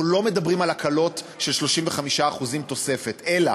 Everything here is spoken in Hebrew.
אנחנו לא מדברים על הקלות של 35% תוספת, אלא